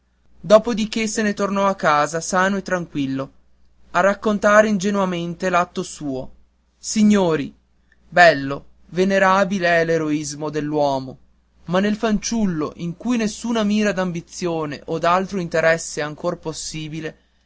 che se ne tornò a casa solo e tranquillo a raccontare ingenuamente l'atto suo signori bello venerabile è l'eroismo nell'uomo ma nel fanciullo in cui nessuna mira d'ambizione o d'altro interesse è ancor possibile